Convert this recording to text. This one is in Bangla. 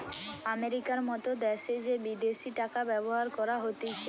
আমেরিকার মত দ্যাশে যে বিদেশি টাকা ব্যবহার করা হতিছে